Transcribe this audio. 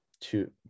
two